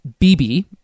BB